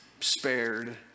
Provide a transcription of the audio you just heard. spared